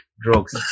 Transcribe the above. drugs